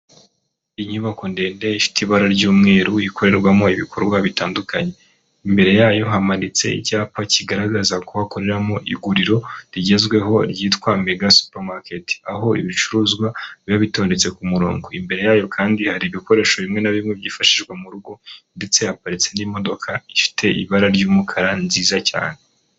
Inyubako ndende ifite ibara ry'umweru, ikorerwamo ibikorwa bitandukanye. Imbere yayo hamanitse icyapa kigaragaza ko hakoreramo iguriro rigezweho ryitwa Mega supamaketi, aho ibicuruzwa biba bitondetse ku murongo. Imbere yayo kandi hari ibikoresho bimwe na bimwe byifashishwa mu rugo ndetse haparitse n'imodoka ifite ibara ry'umukara, nziza cyane.